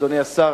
אדוני השר,